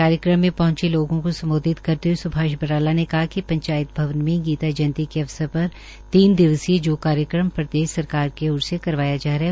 कार्यक्रम में पहंचे लोगों को संबोधित करते हए सुभाष बराला ने कहा कि पंचायत भवन में गीता जयंती के अवसर पर तीन दिवसीय जो कार्यक्रम प्रदेश सरकार की ओर से करवाया जा रहा है